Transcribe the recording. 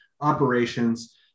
operations